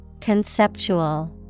Conceptual